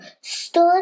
stood